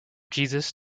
jesus